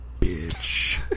bitch